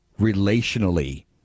relationally